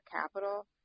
capital